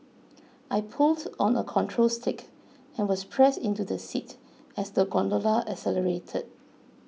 I pulled on a control stick and was pressed into the seat as the gondola accelerated